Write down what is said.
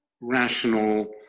rational